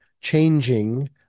changing